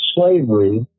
slavery